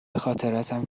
خاطراتم